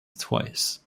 twice